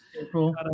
April